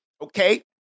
okay